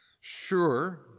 Sure